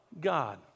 God